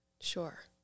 sure